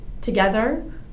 together